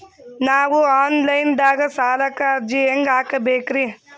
ನಾವು online ದಾಗ ಸಾಲಕ್ಕ ಅರ್ಜಿ ಹೆಂಗ ಹಾಕಬೇಕ್ರಿ?